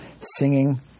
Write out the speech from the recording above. singing